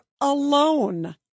alone